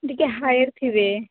ଟିକେ ହାୟର୍ ଥିବେ